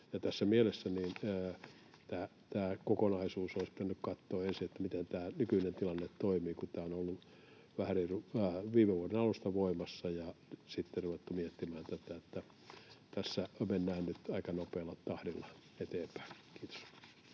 Tässä mielessä olisi pitänyt katsoa ensin tämä kokonaisuus, miten tämä nykyinen tilanne toimii, kun tämä on ollut viime vuoden alusta voimassa ja sitten on ruvettu miettimään tätä. Tässä mennään nyt aika nopealla tahdilla eteenpäin. — Kiitos.